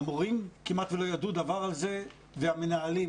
המורים כמעט ולא ידעו דבר על זה, והמנהלים.